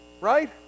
Right